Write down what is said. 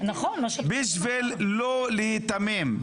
בשביל לא להיתמם,